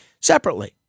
separately